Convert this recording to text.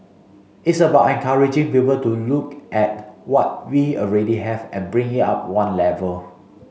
it's about encouraging people to look at what we already have and bring it up one level